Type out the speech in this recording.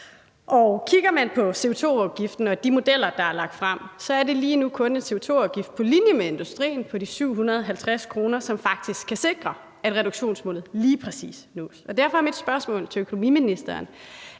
Og kigger man på CO2-afgiften og de modeller, der er lagt frem, så er det lige nu kun en CO2-afgift på linje med industriens på 750 kr., som faktisk kan sikre, at reduktionsmålet lige præcis nås. Derfor er mit spørgsmål til økonomiministeren: